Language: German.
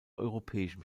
europäischem